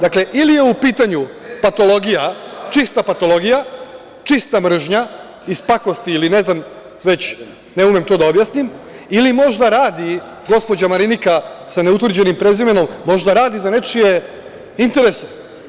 Dakle, ili je u pitanju patologija, čista patologija, čista mržnja iz pakosti ili ne znam već, ne umem to da objasnim, ili možda radi gospođa Marinika sa ne utvrđenim prezimenom, možda radi za nečije interese.